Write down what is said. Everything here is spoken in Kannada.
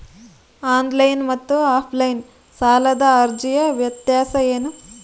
ಆನ್ಲೈನ್ ಮತ್ತು ಆಫ್ಲೈನ್ ಸಾಲದ ಅರ್ಜಿಯ ವ್ಯತ್ಯಾಸ ಏನು?